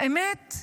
האמת,